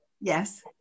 Yes